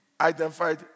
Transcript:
identified